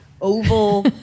oval